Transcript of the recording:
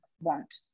want